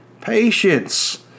patience